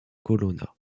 colonna